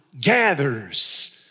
gathers